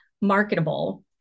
marketable